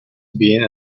being